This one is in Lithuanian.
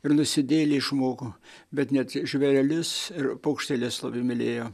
ir nusidėjėlį žmogų bet net žvėrelius ir paukštelius labai mylėjo